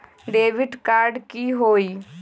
Debit card की होई?